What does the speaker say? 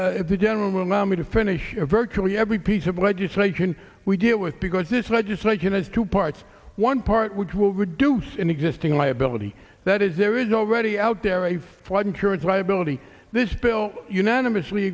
the general namita finish virtually every piece of legislation we deal with because this legislation has two parts one part which will reduce in existing liability that is there is already out there a flood insurance liability this bill unanimously